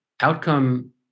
Outcome